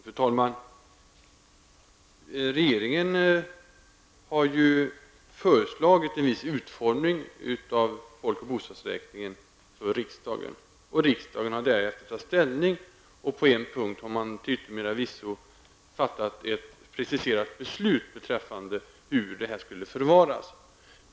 Fru talman! Regeringen har föreslagit en viss utformning av folk och bostadsräkningen för riksdagen. Riksdagen har därefter tagit ställning och har på en punkt till yttermera visso fattat ett preciserat beslut beträffande hur detta material skulle förvaras.